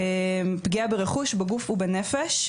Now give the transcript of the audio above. פגיעה ברכוש, בגוף ובנפש.